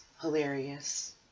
hilarious